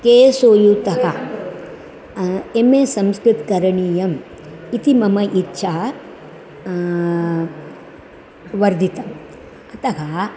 के सोलुतः एम्मे संस्कृतं करणीयम् इति मम इच्छा वर्धितम् अतः